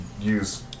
use